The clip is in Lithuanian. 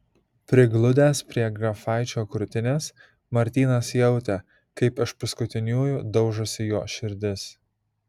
prigludęs prie grafaičio krūtinės martynas jautė kaip iš paskutiniųjų daužosi jo širdis